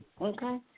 Okay